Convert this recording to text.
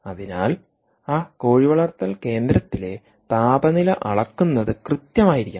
അതിനാൽ ആ കോഴിവളർത്തൽ കേന്ദ്രത്തിലെ താപനില അളക്കുന്നത് കൃത്യമായിരിക്കണം